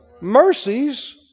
Mercies